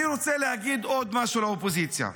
אני רוצה להגיד עוד משהו לאופוזיציה.